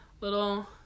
little